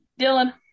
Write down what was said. Dylan